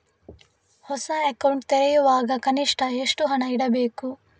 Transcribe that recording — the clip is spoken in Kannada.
ಹೊಸ ಅಕೌಂಟ್ ತೆರೆಯುವಾಗ ಕನಿಷ್ಠ ಎಷ್ಟು ಹಣ ಇಡಬೇಕು?